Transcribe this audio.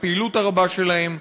לפעילות הרבה שלהם,